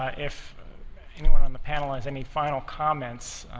ah if anyone on the panel has any final comments,